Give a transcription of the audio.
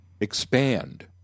expand